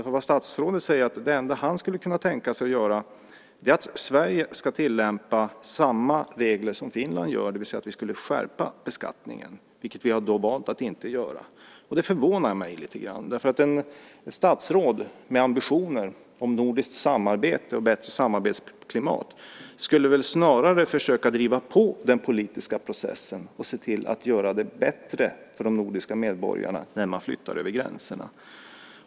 Statsrådet säger nämligen att det enda han skulle kunna tänka sig är att Sverige tillämpade samma regler som Finland, det vill säga att vi skärpte beskattningen, vilket vi alltså valt att inte göra. Det förvånar mig lite grann, för ett statsråd med ambitioner om nordiskt samarbete och bättre samarbetsklimat skulle väl snarare försöka driva på den politiska processen och se till att göra det bättre för de nordiska medborgarna när de flyttar över gränserna.